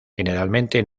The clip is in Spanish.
generalmente